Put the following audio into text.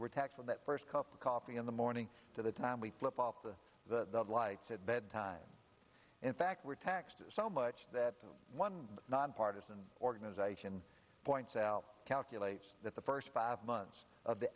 we're taxed on that first cup of coffee in the morning to the time we flip the lights at bedtime in fact we're taxed so much that one nonpartisan organization points out calculate that the first five months of the